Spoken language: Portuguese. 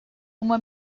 uma